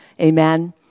Amen